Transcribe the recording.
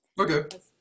Okay